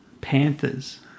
panthers